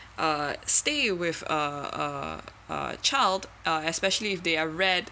uh still with a a child uh especially if they are read